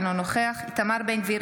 אינו נוכח איתמר בן גביר,